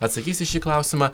atsakys į šį klausimą